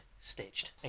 stitched